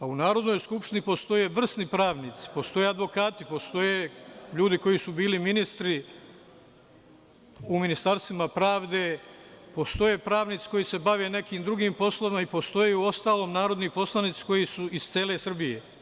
U Narodnoj skupštini postoje vrsni pravnici, postoje advokati, postoje ljudi koji su bili ministri u ministarstvima pravde, postoje pravnici koji se bave nekim drugim poslovima i postoje uostalom narodni poslanici koji su iz cele Srbije.